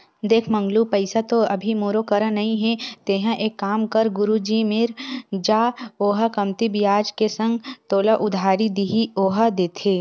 देख मंगलू पइसा तो अभी मोरो करा नइ हे तेंहा एक काम कर गुरुजी मेर जा ओहा कमती बियाज के संग तोला उधारी दिही ओहा देथे